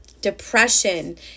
depression